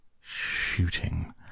shooting